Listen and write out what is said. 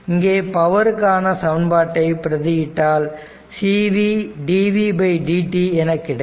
இங்கே பவருக்கான சமன்பாட்டை பிரதி இட்டால் cv dvdt என கிடைக்கும்